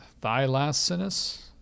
thylacinus